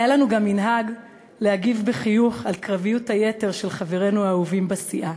היה לנו גם מנהג להגיב בחיוך על קרביות היתר של חברינו האהובים בסיעה.